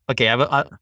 okay